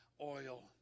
oil